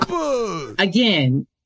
again